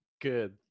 good